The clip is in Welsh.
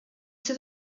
sydd